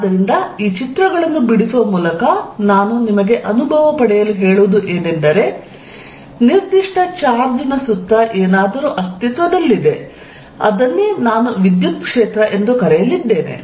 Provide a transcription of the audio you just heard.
ಆದ್ದರಿಂದ ಈ ಚಿತ್ರಗಳನ್ನು ಬಿಡಿಸುವ ಮೂಲಕ ನಾನು ನಿಮಗೆ ಅನುಭವ ಪಡೆಯಲು ಹೇಳುವುದು ಏನೆಂದರೆ ನಿರ್ದಿಷ್ಟ ಚಾರ್ಜ್ನ ಸುತ್ತ ಏನಾದರೂ ಅಸ್ತಿತ್ವದಲ್ಲಿದೆ ಮತ್ತು ಅದನ್ನೇ ನಾನು ವಿದ್ಯುತ್ ಕ್ಷೇತ್ರ ಎಂದು ಕರೆಯಲಿದ್ದೇನೆ